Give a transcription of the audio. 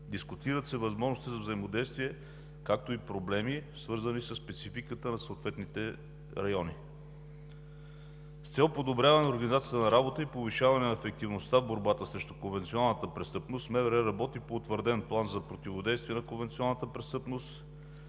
дискутират се възможностите за взаимодействие, както и проблеми, свързани със спецификата на съответните райони. С цел подобряване на организацията на работа и повишаване на ефективността в борбата срещу конвенционалната престъпност МВР работи по утвърден план за противодействие на конвенционалната престъпност